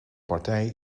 partij